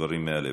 דברים מהלב.